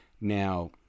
now